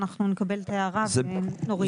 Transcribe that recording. אנחנו נקבל את ההערה ונוריד את הסעיף.